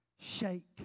shake